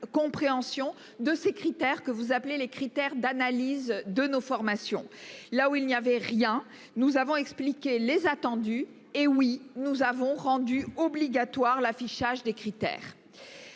de ces critères que vous appelez les critères d'analyse de nos formations là où il n'y avait rien. Nous avons expliqué les attendus. Et oui, nous avons rendu obligatoire l'affichage des critères.